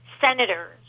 senators